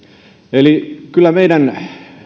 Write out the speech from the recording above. eli kyllä meidän